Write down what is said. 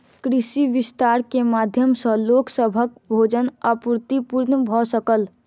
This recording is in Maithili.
कृषि विस्तार के माध्यम सॅ लोक सभक भोजन आपूर्ति पूर्ण भ सकल